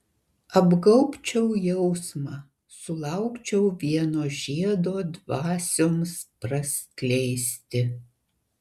apgaubčiau jausmą sulaukčiau vieno žiedo dvasioms praskleisti